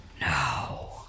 No